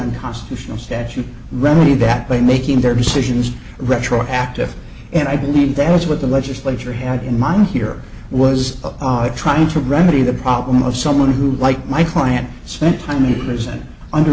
unconstitutional statute remedy that by making their decisions retroactive and i believe that was what the legislature had in mind here was trying to remedy the problem of someone who like my client spent time in prison under